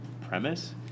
premise